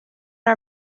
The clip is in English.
are